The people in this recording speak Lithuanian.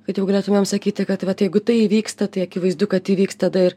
kad jau galėtumėm sakyti kad jeigu tai įvyksta tai akivaizdu kad įvyks tada ir